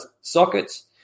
sockets